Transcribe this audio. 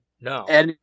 no